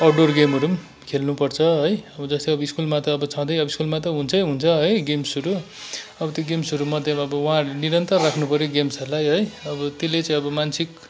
outdoor गेमहरू पनि खेल्नुपर्छ है अब जस्तै अब स्कुलमा त छँदै अब स्कुलमा त हुन्छै हुन्छ है गेम्सहरू अब त्यो गेम्सहरूमध्येमा अब उहाँहरूले निरन्तर राख्नुपऱ्यो गेम्सहरूलाई हैै अब त्यसले चाहिँ अब मानसिक